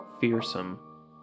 fearsome